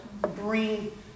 bring